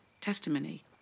testimony